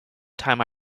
time